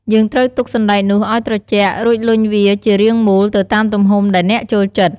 យើងត្រូវទុកសណ្ដែកនោះឲ្យត្រជាក់ រួចលុញវាជារាងមូល ទៅតាមទំហំដែលអ្នកចូលចិត្ត។